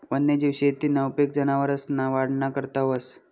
वन्यजीव शेतीना उपेग जनावरसना वाढना करता व्हस